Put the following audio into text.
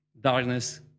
Darkness